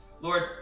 Lord